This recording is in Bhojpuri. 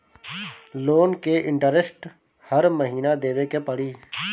लोन के इन्टरेस्ट हर महीना देवे के पड़ी?